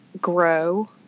grow